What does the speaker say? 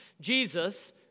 Jesus